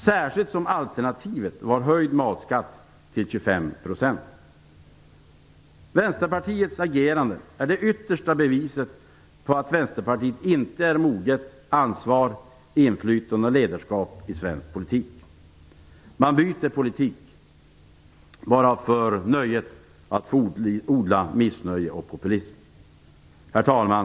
Särskilt som alternativet var höjd matskatt till 25 %. Vänsterpartiets agerande är det yttersta beviset på att Vänsterpartiet inte är moget ansvar, inflytande och ledarskap i svensk politik. Man byter politik bara för nöjet att få odla missnöje och populism. Herr talman!